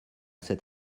cet